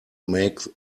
make